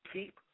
Keep